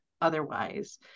otherwise